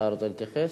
אתה רוצה להתייחס?